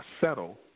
Settle